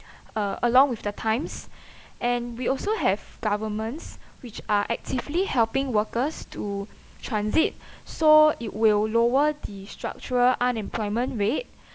uh along with the times and we also have governments which are actively helping workers to transit so it will lower the structural unemployment rate